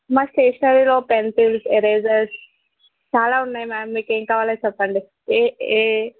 మా స్టేషనరీలో pencils erasers చాలా ఉన్నాయి మ్యామ్ మీకు ఏం కావాలో చెప్పండి ఏ ఏ